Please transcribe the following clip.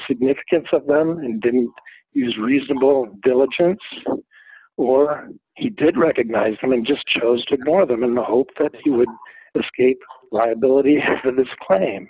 significance of them and didn't use reasonable diligence or he did recognize them and just chose to ignore them in the hope that he would escape liability for this